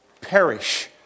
perish